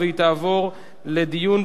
התשע"ב 2012,